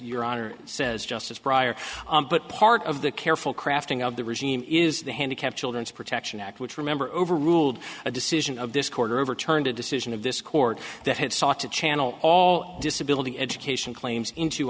your honor says just as prior but part of the careful crafting of the regime is the handicap children's protection act which remember overruled a decision of this quarter overturned a decision of this court that had sought to channel all disability education claims into